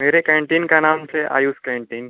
मेरे कैंटीन का नाम से आयुष कैंटीन